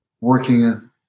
working